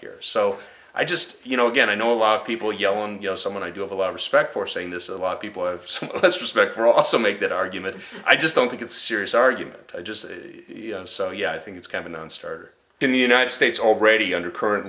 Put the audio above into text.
here so i just you know again i know a lot of people yelling you know someone i do have a lot of respect for saying this a lot of people some of us respect or also make that argument i just don't think it's serious argument i just yeah i think it's kind of nonstarter in the united states already under current